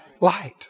light